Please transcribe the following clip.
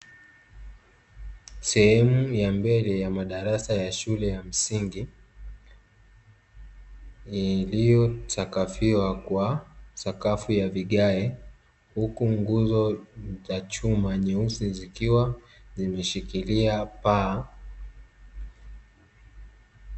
Sehemu ya mbele ya madarasa ya shule ya msingi, iliyosakafiwa kwa sakafu ya vigae, huku nguzo za chuma nyeusi zikiwa zimeshikilia paa.